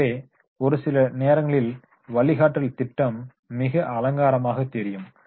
எனவே ஒரு சில நேரங்களில் வழிகாட்டல் திட்டம் மிக அலங்காரமாக தெரியும்